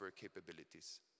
capabilities